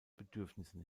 bedürfnissen